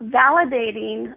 validating